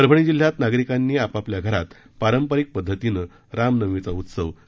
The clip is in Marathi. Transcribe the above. परभणी जिल्ह्यात नागरिकांनी आपापल्या घरात पारंपारिक पद्धतीने रामनवमीचा उत्सव साजरा केला